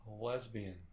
lesbian